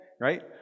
right